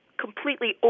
completely